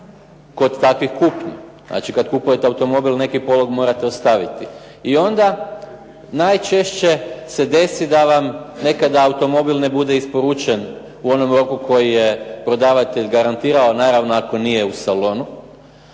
kod takve kupnje. Znači, kad kupujete automobil neki polog morate ostaviti. I onda najčešće se desi da vam nekad automobil ne bude isporučen u onom roku koji je prodavatelj garantirao, naravno ako nije u salonu,